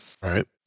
Right